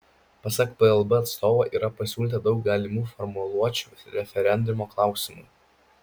pasak plb atstovo yra pasiūlyta daug galimų formuluočių referendumo klausimui